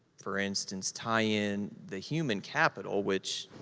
for instance, tie in the human capital, which,